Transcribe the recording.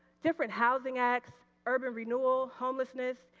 different housing acts, urban renewal, homelessness,